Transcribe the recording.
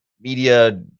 media